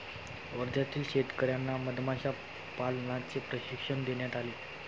वर्ध्यातील शेतकर्यांना मधमाशा पालनाचे प्रशिक्षण देण्यात आले